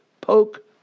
poke